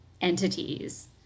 entities